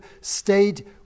stayed